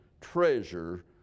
treasure